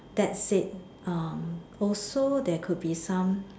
that said um also there could be some